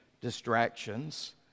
distractions